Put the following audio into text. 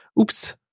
Oops